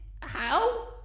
how